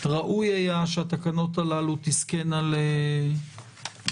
ראוי היה שהתקנות הללו תזכינה לאמון